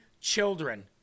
children